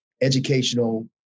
educational